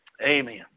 Amen